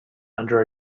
under